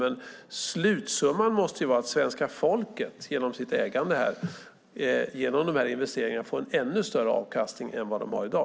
Men slutsumman måste vara att svenska folket genom sitt ägande och genom investeringarna får en ännu större avkastning än i dag.